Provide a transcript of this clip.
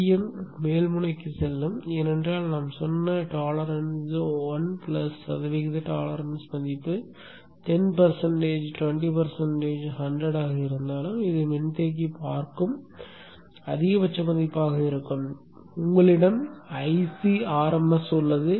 Vm மேல் முனைக்கு செல்லும் ஏனென்றால் நான் சொன்ன டோலெரான்ஸ் 1 பிளஸ் சதவிகித டோலெரான்ஸ் மதிப்பு 10 20 100 ஆக இருந்தாலும் இது மின்தேக்கி பார்க்கும் அதிகபட்ச மதிப்பாக இருக்கும் உங்களிடம் ஐசி ஆர்எம்எஸ் உள்ளது